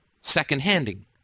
second-handing